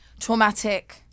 traumatic